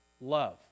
love